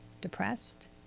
depressed